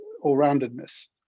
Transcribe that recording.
all-roundedness